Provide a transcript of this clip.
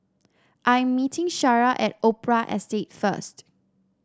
I'm meeting Shara at Opera Estate first